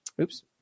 oops